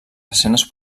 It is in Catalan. escenes